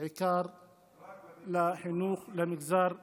בעיקר לחינוך במגזר הבדואי.